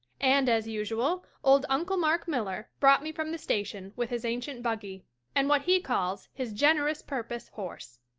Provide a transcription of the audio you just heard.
and as usual old uncle mark miller brought me from the station with his ancient buggy and what he calls his generous purpose horse.